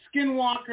Skinwalker